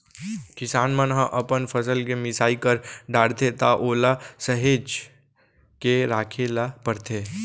किसान मन ह अपन फसल के मिसाई कर डारथे त ओला सहेज के राखे ल परथे